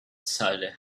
sally